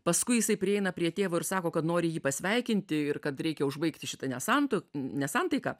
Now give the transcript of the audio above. paskui jisai prieina prie tėvo ir sako kad nori jį pasveikinti ir kad reikia užbaigti šitą nesant nesantaiką